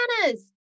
bananas